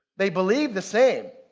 they believed the same